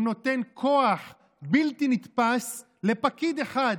הוא נותן כוח בלתי נתפס לפקיד אחד,